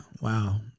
Wow